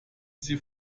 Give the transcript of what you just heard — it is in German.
sie